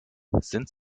sind